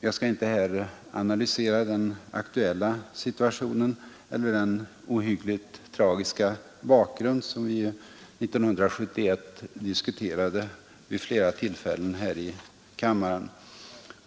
Jag skall inte här analysera den aktuella situationen eller dess ohyggligt tragiska bakgrund som vi här i kammaren diskuterade vid flera tillfällen 1971.